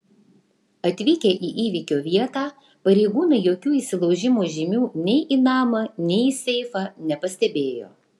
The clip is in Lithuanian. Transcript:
atvykę į įvykio vietą pareigūnai jokių įsilaužimo žymių nei į namą nei į seifą nepastebėjo